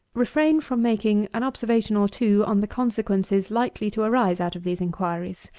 refrain from making an observation or two on the consequences likely to arise out of these inquiries.